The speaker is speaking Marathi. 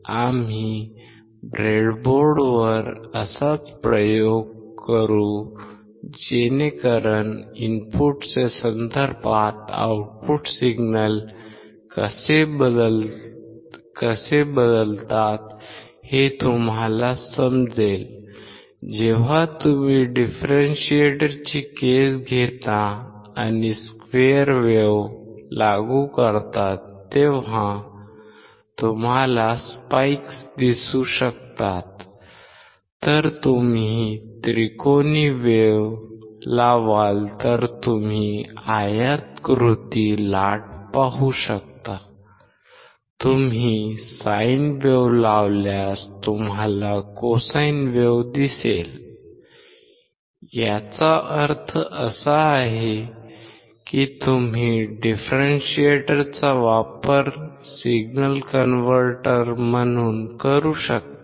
आम्ही ब्रेडबोर्डवर असाच प्रयोग करू जेणेकरून इनपुटच्या संदर्भात आउटपुट सिग्नल कसे बदलतात हे तुम्हाला समजेल जेव्हा तुम्ही डिफरेंशिएटरची केस घेता आणि स्क्वेअर वेव्ह लागू करता तेव्हा तुम्हाला स्पाइक्स दिसू शकतात जर तुम्ही त्रिकोणी वेव्ह लावाल तर तुम्ही आयताकृती लाट पाहू शकता तुम्ही साइन वेव्ह लावल्यास तुम्हाला कोसाइन वेव्ह दिसेल याचा अर्थ असा की तुम्ही डिफरेंशिएटरचा वापर सिग्नल कन्व्हर्टर म्हणून करू शकता